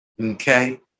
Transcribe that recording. okay